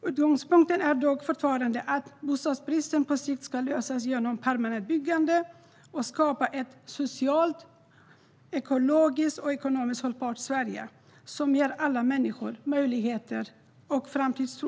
Utgångspunkten är dock fortfarande att bostadsbristen på sikt ska lösas genom permanent byggande och skapa ett socialt, ekologiskt och ekonomiskt hållbart Sverige som ger alla människor möjligheter och framtidstro.